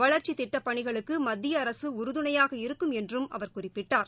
வளர்ச்சித் திட்டப்பணிகளுக்கு மத்திய அரசு உறுதுணையாக இருக்கும் என்றும் அவர் குறிப்பிட்டார்